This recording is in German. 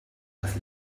das